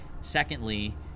Secondly